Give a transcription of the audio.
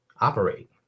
operate